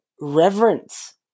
reverence